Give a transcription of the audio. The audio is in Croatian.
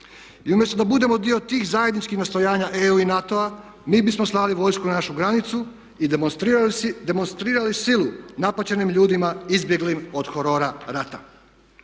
I umjesto da budemo dio tih zajedničkih nastojanja EU i NATO-a mi bismo slali vojsku na našu granicu i demonstrirali silu napaćenim ljudima izbjeglim od horora rata.